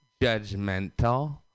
judgmental